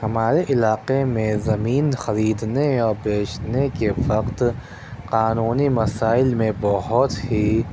ہمارے علاقے میں زمین خریدنے اور بیچنے کے وقت قانونی مسائل میں بہت ہی